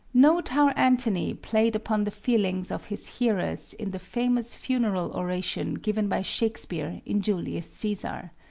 note how antony played upon the feelings of his hearers in the famous funeral oration given by shakespeare in julius caesar.